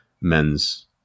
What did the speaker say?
men's